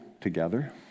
together